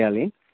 okay